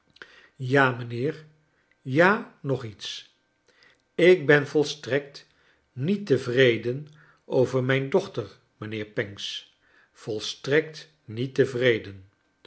ja mijnheer ja nog iets ik ben volstrekt niet tevreden over mijn dochter mij nheer pancks volstrekt niet tevreden